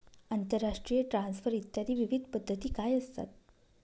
आंतरराष्ट्रीय ट्रान्सफर इत्यादी विविध पद्धती काय असतात?